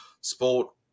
sport